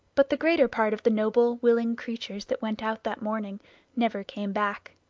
but the greater part of the noble, willing creatures that went out that morning never came back!